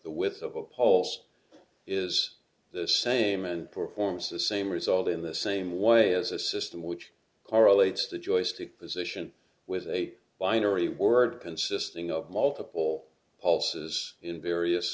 a pulse is the same and performs the same result in the same way as a system which correlates the joystick position with a binary word consisting of multiple pulses in various